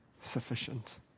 sufficient